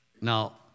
now